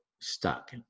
stuck